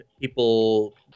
people